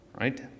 right